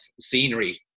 scenery